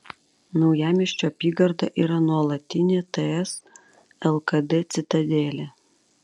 naujamiesčio apygarda yra nuolatinė ts lkd citadelė